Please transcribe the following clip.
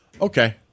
okay